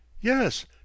yes